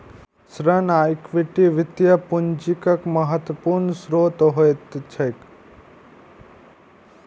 ऋण आ इक्विटी वित्तीय पूंजीक महत्वपूर्ण स्रोत होइत छैक